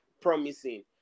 promising